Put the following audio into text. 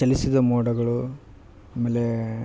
ಚಲಿಸಿದ ಮೋಡಗಳು ಆಮೇಲೆ